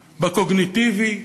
בקוגניטיבי,